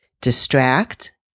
Distract